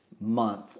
month